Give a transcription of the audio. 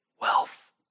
wealth